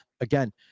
again